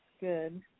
good